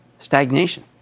stagnation